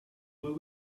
were